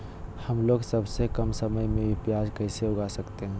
हमलोग सबसे कम समय में भी प्याज कैसे उगा सकते हैं?